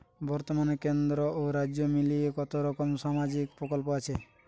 বতর্মানে কেন্দ্র ও রাজ্য মিলিয়ে কতরকম সামাজিক প্রকল্প আছে?